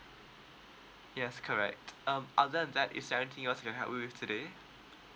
yes correct um other than that is there anything else I can help you with today